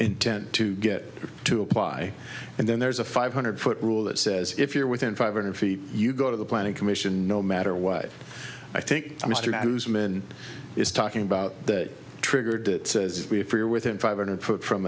intent to get to apply and then there's a five hundred foot rule that says if you're within five hundred feet you go to the planning commission no matter what i think mr newsmen is talking about that triggered that says if you're within five hundred foot from